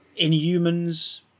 Inhumans